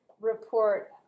Report